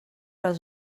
les